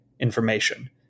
information